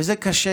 וזה קשה,